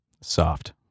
Soft